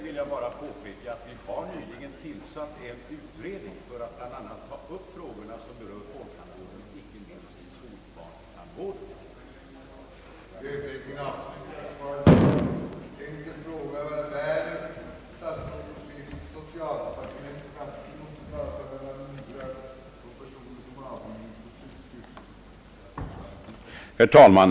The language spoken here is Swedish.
Herr talman!